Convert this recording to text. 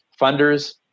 funders